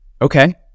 Okay